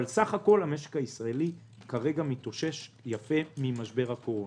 אבל סך הכול המשק הישראלי מתאושש כרגע יפה ממשבר הקורונה.